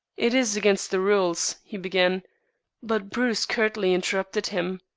it is against the rules, he began but bruce curtly interrupted him.